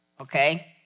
okay